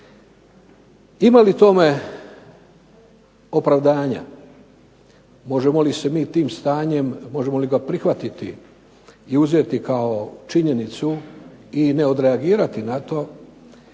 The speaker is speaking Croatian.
Ima li tome opravdanja? Možemo li to stanje prihvatiti i uzeti kao činjenicu i odnereagirati na to?